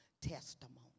testimony